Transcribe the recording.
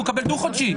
הוא יקבל דו-חודשי.